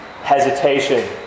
hesitation